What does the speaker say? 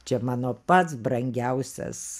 čia mano pats brangiausias